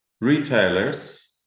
retailers